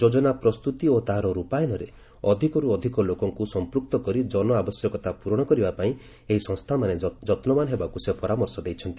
ଯୋଜନା ପ୍ରସ୍ତୁତି ଓ ତାହାର ରୂପାୟନରେ ଅଧିକରୁ ଅଧିକ ଲୋକଙ୍କୁ ସମ୍ପୃକ୍ତ କରି ଜନ ଆବଶ୍ୟକତା ପୂରଣ କରିବା ପାଇଁ ଏହି ସଂସ୍ଥାମାନେ ଯନ୍ବାନ ହେବାକୁ ସେ ପରାମର୍ଶ ଦେଇଛନ୍ତି